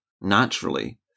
naturally